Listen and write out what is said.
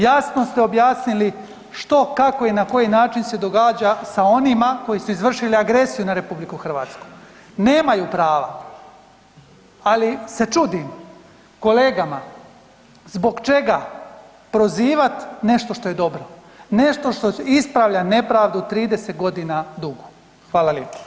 Jasno ste objasnili što, kako i na koji način se događa sa onima koji su izvršili agresiju na RH, nemaju prava, ali se čudim kolegama zbog čega prozivat nešto što je dobro, nešto što ispravlja nepravdu 30 godina dugu.